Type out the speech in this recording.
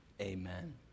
Amen